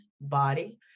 body